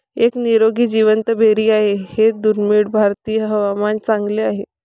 एक निरोगी जिवंत बेरी आहे हे दुर्मिळ भारतीय हवामान चांगले आहे